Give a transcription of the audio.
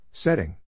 Setting